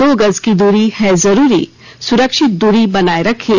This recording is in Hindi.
दो गज की दूरी है जरूरी सुरक्षित दूरी बनाए रखें